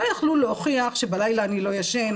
לא יכלו להוכיח ש'בלילה אני לא ישן,